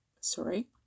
sorry